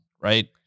right